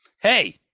Hey